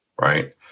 Right